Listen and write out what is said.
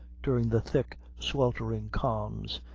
during the thick sweltering calms,